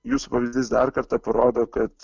jūsų pavyzdys dar kartą parodo kad